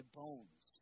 bones